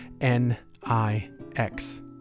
N-I-X